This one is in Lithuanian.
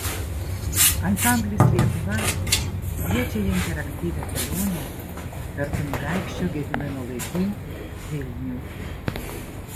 ansamblis lietuva kviečia į interaktyvią kelionę per kunigaikščio gedimino laikų vilnių